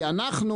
כי אנחנו,